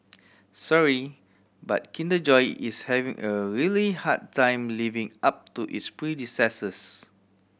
sorry but Kinder Joy is having a really hard time living up to its predecessors